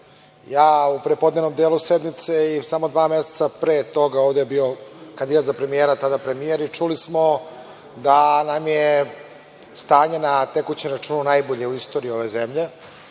Ja u prepodnevnom delu sednice i u samo dva meseca pre toga, ovde je bio kandidat za premijera i tada premijer, čuli smo da nam je stanje na tekućem računu najbolje u istoriji ove zemlje,